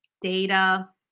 data